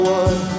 one